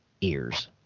ears